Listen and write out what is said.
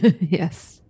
Yes